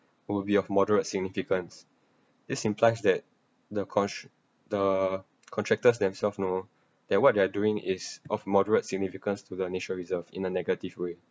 will be of moderate significance this implies that the consu~ the contractors themselves know that what they're doing is of moderate significance to the nature reserve in a negative way